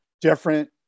different